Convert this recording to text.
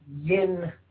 yin